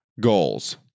goals